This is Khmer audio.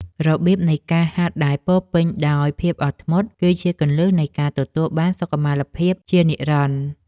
របៀបនៃការហាត់ដែលពោរពេញដោយភាពអត់ធ្មត់ គឺជាគន្លឹះនៃការទទួលបានសុខុមាលភាពជានិរន្តរភាព។